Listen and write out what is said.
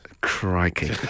Crikey